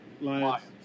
Lions